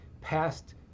passed